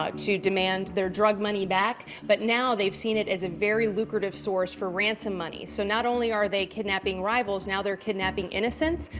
ah to demand their drug money back. but now, they've seen it as a very lucrative source for ransom money. so not only are they kidnapping rivals, now they're kidnapping innocents.